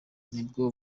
nibo